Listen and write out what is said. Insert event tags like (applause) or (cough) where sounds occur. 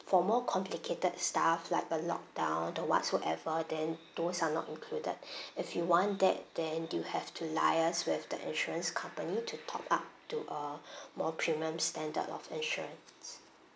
for more complicated stuff like a lock down or whatsoever then those are not included (breath) if you want that then you have to liaise with the insurance company to top up to a (breath) more premium standard of insurance